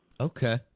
Okay